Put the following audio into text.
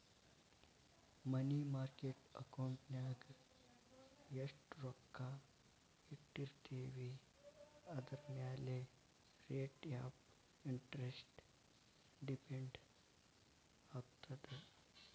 ಮನಿ market ಅಕೌಂಟಿನ್ಯಾಗ ಎಷ್ಟ್ ರೊಕ್ಕ ಇಟ್ಟಿರ್ತೇವಿ ಅದರಮ್ಯಾಲೆ ರೇಟ್ ಆಫ್ ಇಂಟರೆಸ್ಟ್ ಡಿಪೆಂಡ್ ಆಗತ್ತ